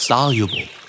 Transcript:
Soluble